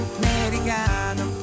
americano